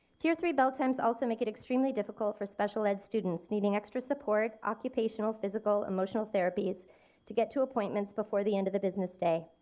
tier three bell times also make it extremely difficult for special education students needing extra support, occupational, physical, emotional therapy. to to get to appointments before the end of the business day.